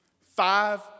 Five